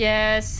Yes